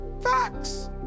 Facts